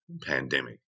pandemic